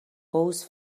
حوض